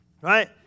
Right